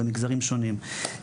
במגזרים שונים,